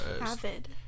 AVID